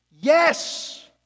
Yes